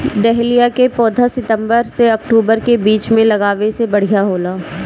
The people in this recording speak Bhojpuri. डहेलिया के पौधा सितंबर से अक्टूबर के बीच में लागावे से बढ़िया होला